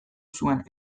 zuen